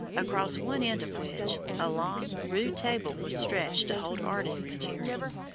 across one end of which a long, rude table was stretched to hold artist materials,